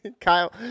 Kyle